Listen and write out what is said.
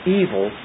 evil